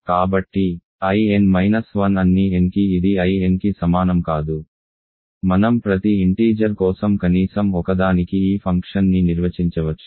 కాబట్టిIn 1 అన్ని n కి ఇది In కి సమానం కాదు మనం ప్రతి ఇంటీజర్ కోసం కనీసం ఒకదానికి ఈ ఫంక్షన్ని నిర్వచించవచ్చు